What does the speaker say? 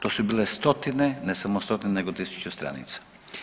To su bile stotine, ne samo stotine nego tisuće stranica.